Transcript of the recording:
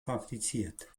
praktiziert